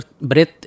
breath